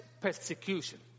persecution